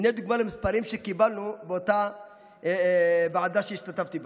הינה דוגמה למספרים שקיבלנו באותה ועדה שהשתתפתי בה: